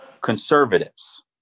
conservatives